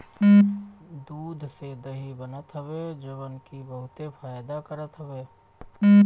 दूध से दही बनत हवे जवन की बहुते फायदा करत हवे